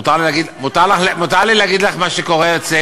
נכון שזה לא עלה בהרבה אחוזים,